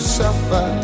suffer